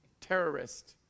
terrorist